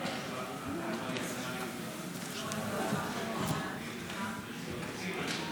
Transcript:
משק כנפי